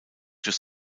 durch